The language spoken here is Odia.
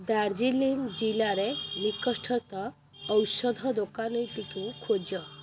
ଦାର୍ଜିଲିଂ ଜିଲ୍ଲାରେ ନିକଟସ୍ଥ ଔଷଧ ଦୋକାନଟିକୁ ଖୋଜ